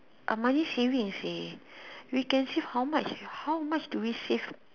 are money saving you see we can save how much how much do we save